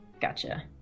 gotcha